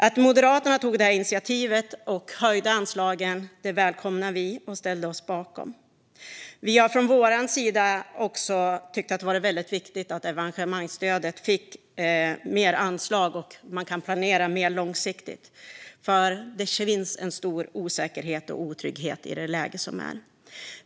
Att Moderaterna tog initiativet och höjde anslagen välkomnade vi och ställde oss bakom. Vi har från vår sida också tyckt att det varit väldigt viktigt att evenemangsstödet fick mer anslag så att man kan planera mer långsiktigt, för det finns en stor osäkerhet och otrygghet i det läge som råder.